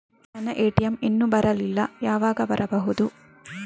ನನ್ನ ಎ.ಟಿ.ಎಂ ಇನ್ನು ಬರಲಿಲ್ಲ, ಯಾವಾಗ ಬರಬಹುದು?